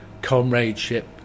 Comradeship